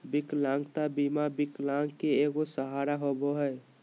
विकलांगता बीमा विकलांग के एगो सहारा होबो हइ